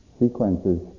sequences